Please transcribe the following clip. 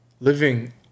living